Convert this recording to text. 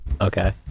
Okay